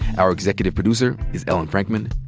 our executive producer is ellen frankman.